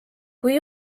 kui